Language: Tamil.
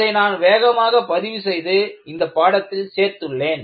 இதை நான் வேகமாக பதிவு செய்து இந்த பாடத்தில் சேர்த்துள்ளேன்